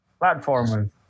Platformers